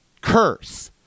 curse